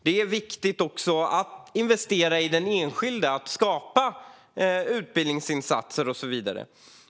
Det är också viktigt att investera i den enskilda människan och att skapa utbildningsinsatser och så vidare.